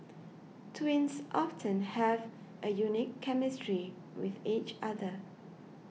twins often have a unique chemistry with each other